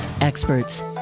experts